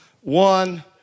one